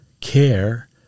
care